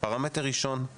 פרמטר ראשון הוא